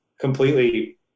completely